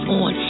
on